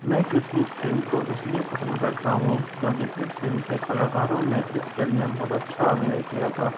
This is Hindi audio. मैं इस फ़िल्म को इसलिए पसंद करता हूँ क्योंकि इस फ़िल्म के कलाकारों ने इस फ़िल्म में बहुत अच्छा अभिनय किया था